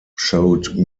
showed